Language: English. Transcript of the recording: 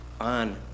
on